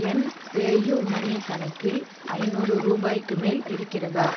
என் PayU money கணக்கில் ஐநூறு ரூபாய்க்கு மேல் இருக்கிறதா